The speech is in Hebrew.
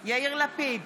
יאיר לפיד,